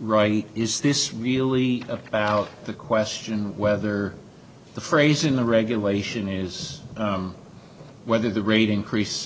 right is this really about the question whether the phrasing the regulation is whether the rate increase